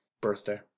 birthday